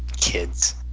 kids